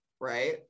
right